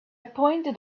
pointed